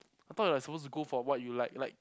I thought you are supposed to go for what you like like